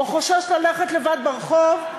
או חושש ללכת לבד ברחוב.